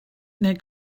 neu